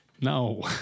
No